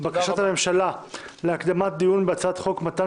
בקשת הממשלה להקדמת הדיון בהצעת חוק מתן